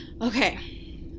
Okay